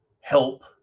help